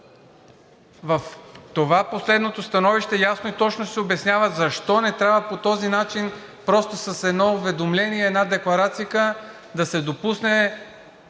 В последното становище ясно и точно се обяснява защо не трябва по този начин – просто с едно уведомление, с една декларацийка да се допусне